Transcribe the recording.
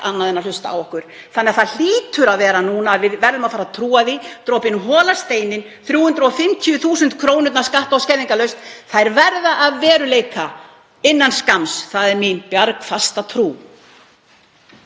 annað en að hlusta á okkur. Það hlýtur því að vera gert núna, við verðum að fara að trúa því. Dropinn holar steininn og 350.000 kr., skatta- og skerðingarlaust, þær verða að veruleika innan skamms. Það er mín bjargfasta trú.